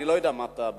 אני לא יודע מה אתה,